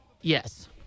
Yes